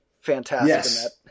fantastic